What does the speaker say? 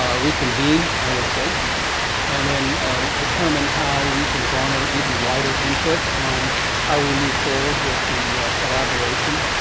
um reconvene, i would say and then determine how we can garner even wider input on how we move forward with the collaboration